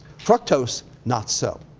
fructose, not so.